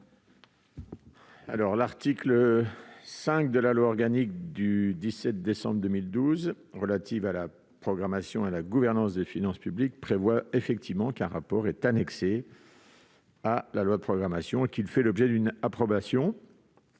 ? L'article 5 de la loi organique du 17 décembre 2012 relative à la programmation et à la gouvernance des finances publiques prévoit effectivement qu'un rapport est annexé à la loi de programmation et qu'il fait l'objet d'une approbation.